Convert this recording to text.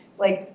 like,